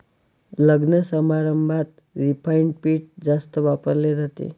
लग्नसमारंभात रिफाइंड पीठ जास्त वापरले जाते